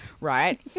right